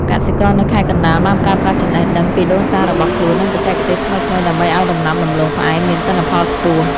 កសិករនៅខេត្តកណ្ដាលបានប្រើប្រាស់ចំណេះដឹងពីដូនតារបស់ខ្លួន និងបច្ចេកទេសថ្មីៗ ដើម្បីឱ្យដំណាំដំឡូងផ្អែមមានទិន្នផលខ្ពស់។